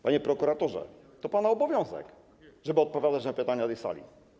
Panie prokuratorze, to pana obowiązek, żeby odpowiadać na pytania na tej sali.